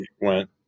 went